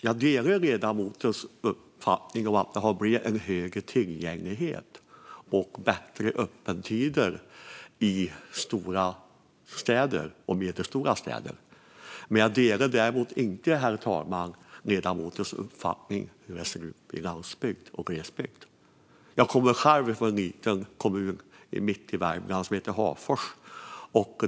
Jag delar ledamotens uppfattning att det har blivit en högre tillgänglighet och bättre öppettider i stora och medelstora städer. Jag delar däremot inte, herr talman, ledamotens uppfattning om hur det ser ut på landsbygd och i glesbygd. Jag kommer själv från en liten kommun mitt i Värmland som heter Hagfors.